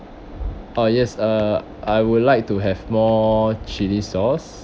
uh yes uh I would like to have more chilli sauce